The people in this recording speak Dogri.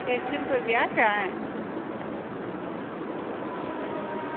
फेशियल कोई ब्याह् ऐ